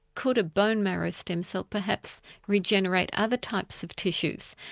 could a bone marrow stem cell perhaps regenerate other types of tissues,